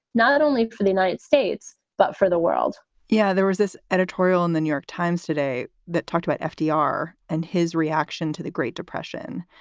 not only for the united states, but for the world yeah. there was this editorial in the new york times today that talked about fdr and his reaction to the great depression.